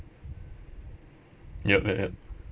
yup yup yup